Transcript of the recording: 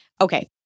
Okay